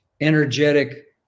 energetic